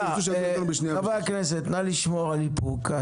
חברי הכנסת, נא לשמור על איפוק.